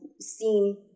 seen